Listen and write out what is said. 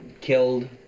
killed